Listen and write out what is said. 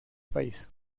país